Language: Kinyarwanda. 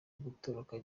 gutoroka